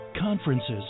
conferences